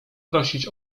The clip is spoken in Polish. prosić